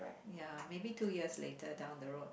ya maybe two years later down the road